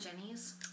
Jenny's